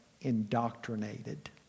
indoctrinated